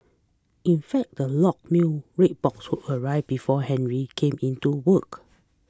in fact the locked red box would arrive before Henry came in to work